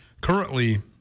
currently